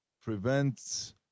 prevents